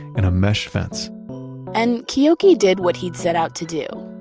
and a mesh fence and keoki did what he'd set out to do.